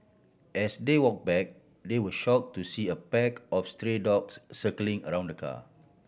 as they walk back they were shock to see a pack of stray dogs circling around the car